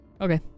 Okay